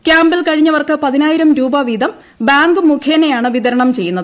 ക്യാമ്പിൽ കഴിഞ്ഞവർക്ക് പതിനായിരം രൂപ വീതം ബാങ്ക് മുഖേനയാണ് വിതരണം ചെയ്യുന്നത്